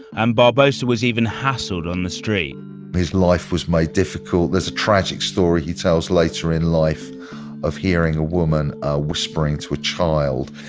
and barbosa was even hassled on the street his life was made difficult. there is a tragic story he tells later in life of hearing a woman ah whispering to a child,